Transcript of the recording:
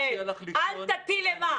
אני מציע לך --- אל תטיל אימה.